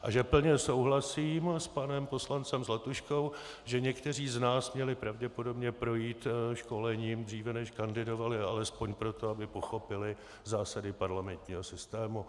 A že plně souhlasím s panem poslancem Zlatuškou, že někteří z nás měli pravděpodobně projít školením dříve, než kandidovali, alespoň proto, aby pochopili zásady parlamentního systému.